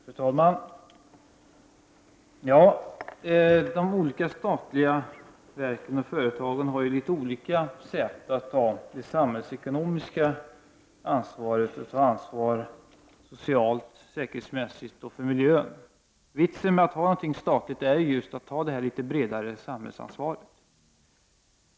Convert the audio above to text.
Fru talman! De olika statliga verken och företagen har ju litet olika sätt att ta det samhällsekonomiska ansvaret och ansvar socialt, säkerhetsmässigt och för miljön. Vitsen med att ha en statlig verksamhet är ju just att ha det litet bredare samhällsansvaret.